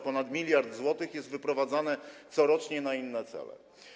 Ponad mld zł jest wyprowadzane corocznie na inne cele.